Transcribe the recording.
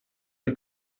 gli